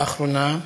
לאחרונה.